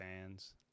fans